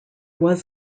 was